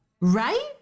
Right